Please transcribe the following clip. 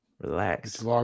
Relax